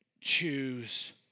choose